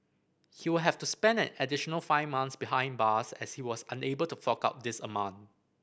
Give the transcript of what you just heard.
he will have to spend an additional five months behind bars as he was unable to fork out this amount